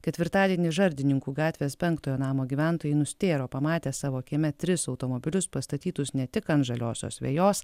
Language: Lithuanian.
ketvirtadienį žardininkų gatvės penktojo namo gyventojai nustėro pamatę savo kieme tris automobilius pastatytus ne tik ant žaliosios vejos